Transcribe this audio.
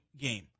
game